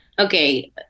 Okay